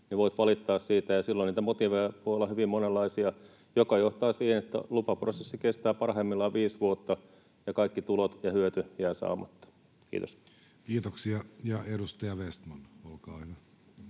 voit valittaa. Silloin niitä motiiveja voi olla hyvin monenlaisia, joka johtaa siihen, että lupaprosessi kestää parhaimmillaan viisi vuotta ja kaikki tulot ja hyöty jäävät saamatta. — Kiitos. Kiitoksia. — Ja edustaja Vestman, olkaa hyvä.